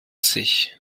sich